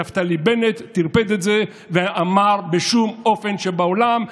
נפתלי בנט טרפד את זה ואמר: בשום אופן שבעולם,